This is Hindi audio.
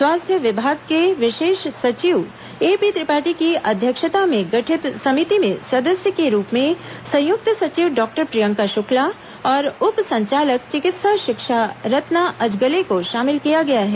स्वास्थ्य विभाग के विशेष सचिव एपी त्रिपाठी की अध्यक्षता में गठित समिति में सदस्य के रूप में संयुक्त सचिव डॉक्टर प्रियंका शुक्ला और उप संचालक चिकित्सा शिक्षा रत्ना अजगले को शामिल किया गया है